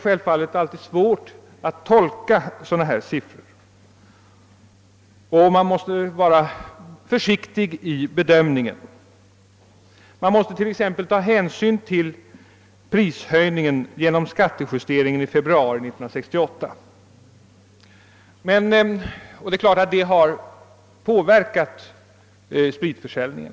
Självfallet är det alltid svårt att tolka sådana här siffror — man måste vara försiktig i bedömningen. Man måste t.ex. ta hänsyn till prishöjningen genom skattejusteringen i februari 1968. Det är klart att denna har påverkat spritförsäljningen.